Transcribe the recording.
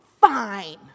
Fine